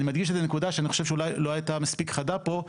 אני מדגיש נקודה שאני חושב שאולי לא הייתה מספיק חדה פה,